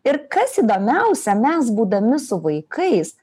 ir kas įdomiausia mes būdami su vaikais